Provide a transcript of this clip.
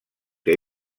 que